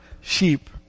sheep